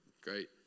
Great